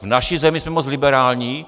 V naší zemi jsme moc liberální?